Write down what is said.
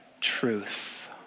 truth